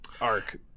arc